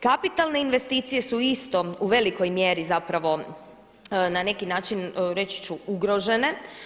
Kapitalne investicije su isto u velikoj mjeri zapravo, na neki način reći ću ugrožene.